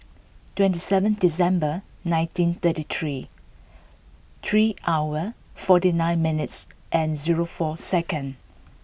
twenty seven December nineteen thirty three three hour forty nine minutes and zero four second